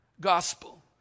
gospel